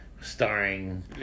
starring